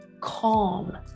calm